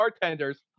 Bartenders